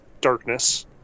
darkness